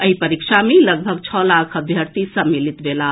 एहि परीक्षा मे लगभग छओ लाख अभ्यर्थी सम्मिलित भेलाह